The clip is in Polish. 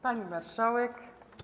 Pani Marszałek!